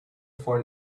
for